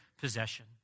possession